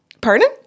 Pardon